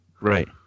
Right